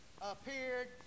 appeared